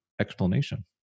explanation